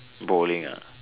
bowling ah